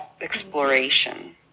exploration